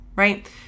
Right